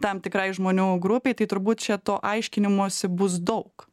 tam tikrai žmonių grupei tai turbūt čia to aiškinimosi bus daug